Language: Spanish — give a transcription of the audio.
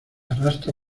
arrastra